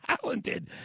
talented